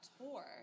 tour